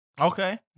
Okay